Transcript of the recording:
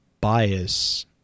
bias